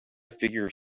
figure